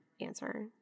answer